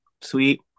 sweet